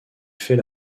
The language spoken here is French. fait